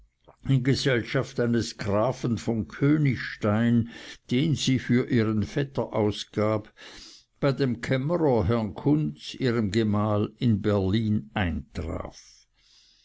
in gesellschaft eines grafen von königstein den sie für ihren vetter ausgab bei dem kämmerer herrn kunz ihrem gemahl in berlin eintraf